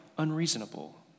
Unreasonable